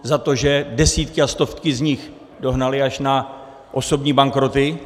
Za to, že desítky a stovky z nich dohnali až na osobní bankroty.